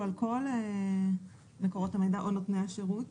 על כל מקורות המידע או נותני השירות,